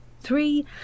three